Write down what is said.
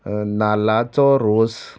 नाल्लाचो रोस